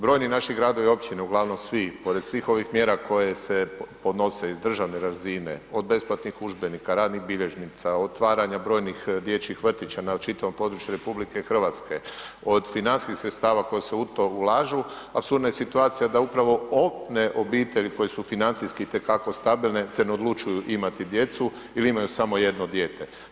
Brojni naši gradovi i općine, uglavnom svi, pored svih ovih mjera koje se podnose iz državne razine, od besplatnih udžbenika, radnih bilježnica, otvaranja brojnih dječjih vrtića na čitavom području RH, od financijskih sredstava koja se u to ulažu, apsurdna je situacija da upravo one obitelji koje su financijski itekako stabilne se ne odlučuju imati djecu ili imaju samo jedno dijete.